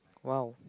!wow!